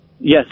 Yes